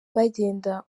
bagenda